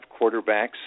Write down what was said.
quarterbacks